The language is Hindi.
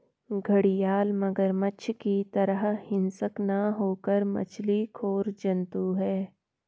घड़ियाल मगरमच्छ की तरह हिंसक न होकर मछली खोर जंतु है